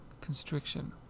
constriction